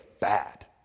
bad